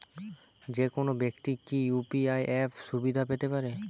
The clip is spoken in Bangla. যেকোনো ব্যাক্তি কি ইউ.পি.আই অ্যাপ সুবিধা পেতে পারে?